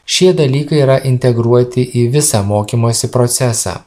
šie dalykai yra integruoti į visą mokymosi procesą